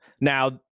Now